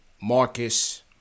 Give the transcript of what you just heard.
Marcus